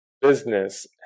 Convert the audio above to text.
business